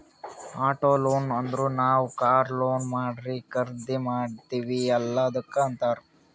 auto loan ಅಂದುರ್ ನಾವ್ car loan ಮಾಡಿ ಖರ್ದಿ ಮಾಡ್ತಿವಿ ಅಲ್ಲಾ ಅದ್ದುಕ್ ಅಂತ್ತಾರ್